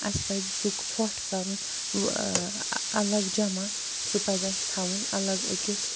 اسہِ پَزِ سُہ ژھۄٹھ کَرُن ٲں الگ جمع سُہ پَزِ اسہِ تھاوُن الگ أکِس